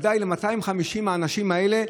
ודאי ל-250 האנשים האלה,